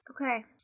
Okay